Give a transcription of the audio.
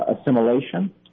assimilation